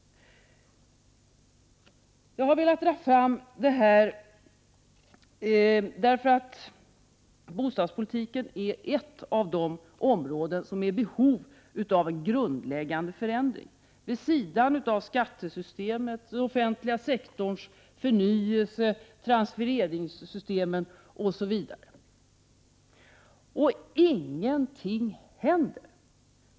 Jag ville lyfta fram dessa fakta, eftersom bostadspolitiken är ett av de områden som är i behov av en grundläggande förändring — vid sidan av skattesystemet, den offentliga sektorns förnyelse, transfereringssystemen osv. Men ingenting händer.